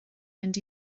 mynd